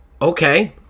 okay